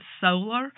solar